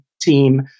team